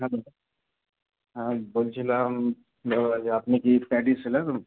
hello হ্যাঁ বলছিলাম আপনি কি প্যাডি সেলার